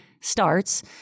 starts